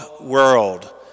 world